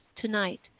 tonight